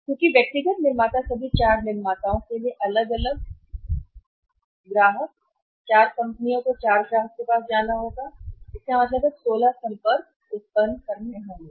क्योंकि व्यक्तिगत निर्माता सभी चार निर्माताओं के लिए अलग अलग जाना था ग्राहक 4 कंपनियों को 4 ग्राहक के पास जाना होगा इसका मतलब है कि 16 संपर्क उत्पन्न होंगे